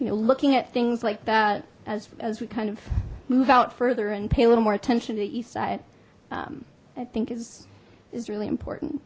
you know looking at things like that as we kind of move out further and pay a little more attention to eastside i think is is really important